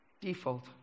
default